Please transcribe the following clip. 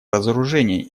разоружения